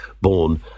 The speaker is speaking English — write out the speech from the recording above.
born